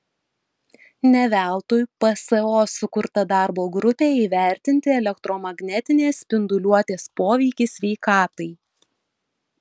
ne veltui pso sukurta darbo grupė įvertinti elektromagnetinės spinduliuotės poveikį sveikatai